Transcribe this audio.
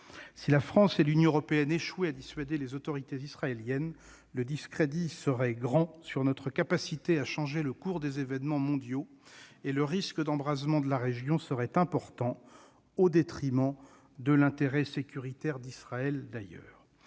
Si la France et l'Union européenne échouaient à dissuader les autorités israéliennes, cela jetterait le discrédit sur notre capacité à changer le cours des événements mondiaux, et le risque d'embrasement de la région serait important, au détriment de l'intérêt sécuritaire d'Israël.